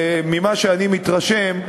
ממה שאני מתרשם,